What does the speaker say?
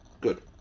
Good